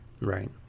Right